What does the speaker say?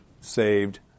saved